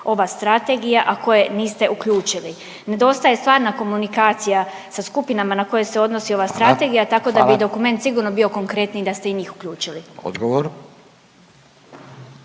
ova Strategija a koje niste uključili. Nedostaje stvarna komunikacija sa skupinama na koje se odnosi ova strategija, tako da bi dokument sigurno bio konkretniji … …/Upadica Radin: Hvala./…